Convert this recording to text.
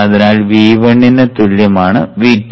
അതിനാൽ V1 ന് തുല്യമാണ് V2